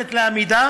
ניתנת לאומדן